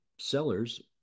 Sellers